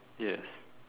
yes